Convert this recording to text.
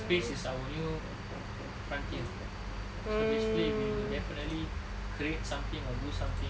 space is our new frontier basically we will definitely create something or do something